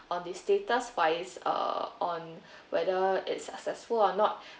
on it's data wise uh on whether it's successful or not